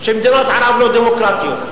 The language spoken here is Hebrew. שמדינות ערב לא דמוקרטיות.